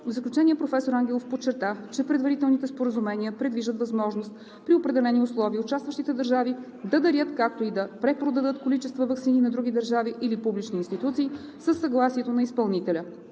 В заключение, професор Ангелов подчерта, че предварителните споразумения предвиждат възможност при определени условия участващите държави да дарят, както и да препродадат количества ваксини на други държави или публични институции със съгласието на изпълнителя.